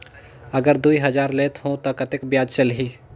अगर दुई हजार लेत हो ता कतेक ब्याज चलही?